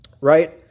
Right